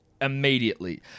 immediately